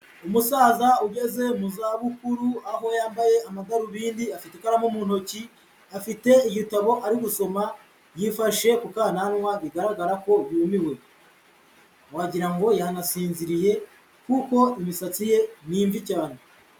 Umusaza ugeze mu zabukuru, aho yambaye amadarubindi, afite ikaramu mu ntoki, afite igitabo ari gusoma, yifashe kukantanwa bigaragara ko yumiwe, wagira ngo yanasinziriye kuko imifati ye n'imvi cyane.